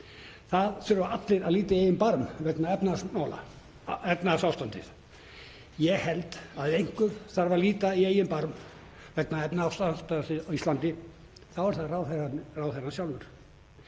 „Það þurfa allir að líta í eigin barm vegna efnahagsástandsins.“ Ég held að ef einhver þarf að líta í eigin barm vegna efnahagsástandsins á Íslandi þá sé það ráðherrann sjálfur.